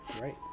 Right